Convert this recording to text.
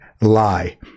lie